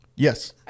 Yes